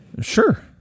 sure